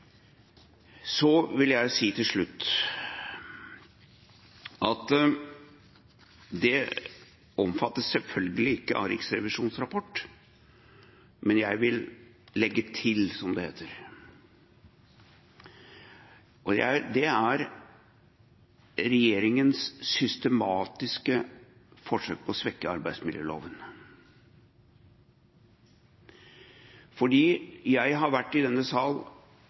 Så vil jeg til slutt si at det omfattes selvfølgelig ikke av Riksrevisjonens rapport, men det jeg vil legge til, som det heter, er at det er regjeringens systematiske forsøk på å svekke arbeidsmiljøloven. Jeg har vært i denne sal